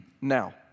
now